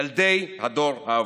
ילדי הדור האבוד.